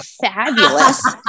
fabulous